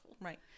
right